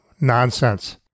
Nonsense